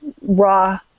raw